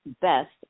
Best